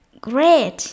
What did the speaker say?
great